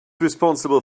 responsible